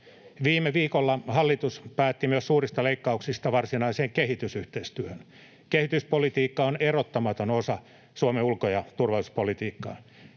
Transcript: Viime viikolla hallitus päätti myös suurista leikkauksista varsinaiseen kehitysyhteistyöhön. Kehityspolitiikka on erottamaton osa Suomen ulko- ja turvallisuuspolitiikkaa.